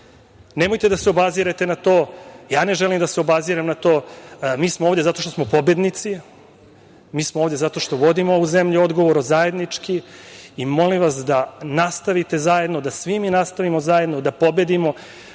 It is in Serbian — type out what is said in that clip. da se obazirete na to. Ja ne želim da se obazirem na to. Mi smo ovde zato što smo pobednici. Mi smo ovde zato što vodimo ovu zemlju odgovorno, zajednički i molim vas da nastavite zajedno, da svi mi nastavimo zajedno, da pobedimo.